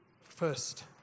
First